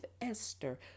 Esther